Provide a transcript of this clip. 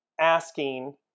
asking